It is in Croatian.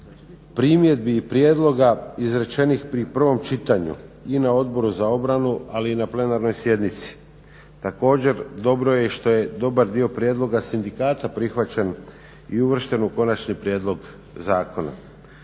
primjedbi i prijedloga izrečenih pri prvom čitanju i na Odboru za obranu ali i na plenarnoj sjednici. Također dobro je što je dobar dio prijedloga sindikata prihvaćen i uvršten u konačni prijedlog zakona.